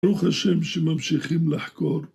ברוך השם שממשיכים לחקור